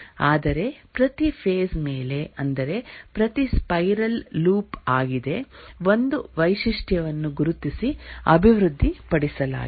ಆದರೆ ಪ್ರತಿ ಫೇಸ್ ಮೇಲೆ ಅಂದರೆ ಪ್ರತಿ ಸ್ಪೈರಲ್ ಲೂಪ್ ಆಗಿದೆ ಒಂದು ವೈಶಿಷ್ಟ್ಯವನ್ನು ಗುರುತಿಸಿ ಅಭಿವೃದ್ಧಿಪಡಿಸಲಾಗಿದೆ